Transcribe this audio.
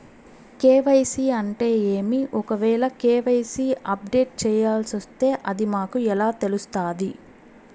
KYC అంటే ఏమి? ఒకవేల కె.వై.సి అప్డేట్ చేయాల్సొస్తే అది మాకు ఎలా తెలుస్తాది?